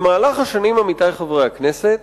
עמיתי חברי הכנסת,